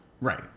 Right